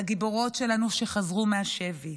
לגיבורות שלנו שחזרו מהשבי,